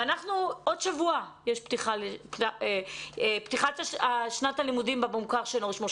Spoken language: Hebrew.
עוד שבוע תיפתח שנת הלימודים במוכר שאינו רשמי.